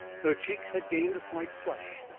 her cheeks had gained a slight flush,